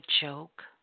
joke